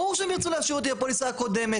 ברור שהם ירצו להשאיר אותי בפוליסה הקודמת.